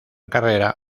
carrera